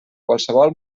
qualsevol